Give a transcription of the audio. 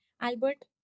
Albert